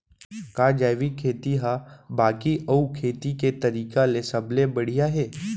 का जैविक खेती हा बाकी अऊ खेती के तरीका ले सबले बढ़िया हे?